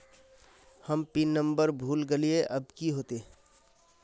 हम pin number भूल गलिऐ अब की होते?